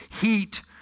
heat